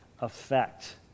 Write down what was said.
effect